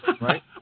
Right